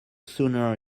sooner